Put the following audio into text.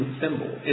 symbol